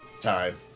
Time